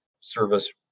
service